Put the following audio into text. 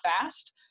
fast